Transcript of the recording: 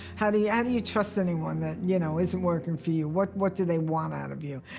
how do yeah do you trust anyone that, you know, isn't working for you? what what do they want out of you?